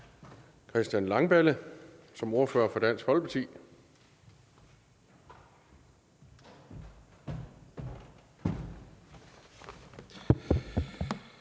Christian Langballe som ordfører for Dansk Folkeparti.